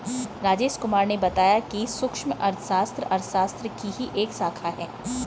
राजेश कुमार ने बताया कि सूक्ष्म अर्थशास्त्र अर्थशास्त्र की ही एक शाखा है